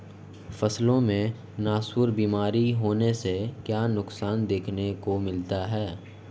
फसलों में नासूर बीमारी होने से क्या नुकसान देखने को मिलता है?